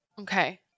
okay